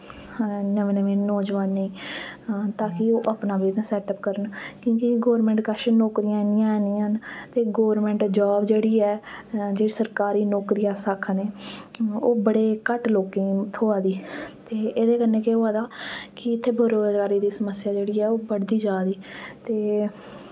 नवें नवें नौजवानें ताकि ओह् अपना बिजनस सैटअप करन क्योंकि गौरमैंट कच्छ नौकरियां इन्नियां है निं हैन ते गौरमैंट जाब जेह्ड़ी ऐ जेह्ड़ी सरकारी नौकरी अस आक्खा ने ओह् बड़े घट्ट लोकें गी थ्होआ दी ते एह्दे कन्नै केह् होआ दा कि इत्थे बिरोजगारी दी स्मस्या जेह्ड़ी ऐ ओह् बढ़दी जा दी ते